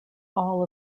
all